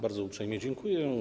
Bardzo uprzejmie dziękuję.